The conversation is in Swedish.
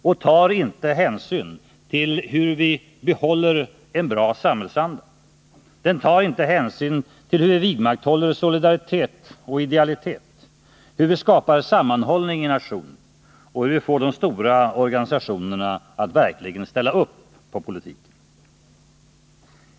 Den tar inte hänsyn till hur vi behåller en bra samhällsanda, hur vi vidmakthåller solidaritet och idealitet, hur vi skapar sammanhållning i nationen och hur vi får de stora organisationerna att verkligen ställa upp på politiken.